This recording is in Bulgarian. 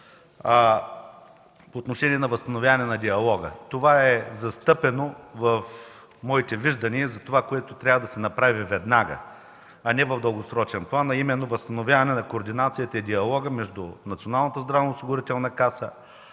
по отношение на възстановяване на диалога. Това е застъпено във вижданията ми за това, което трябва да се направи веднага, а не в дългосрочен план – именно възстановяване на координацията и диалога между Националната здравноосигурителна каса,